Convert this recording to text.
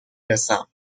رسم